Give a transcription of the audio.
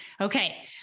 Okay